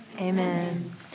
Amen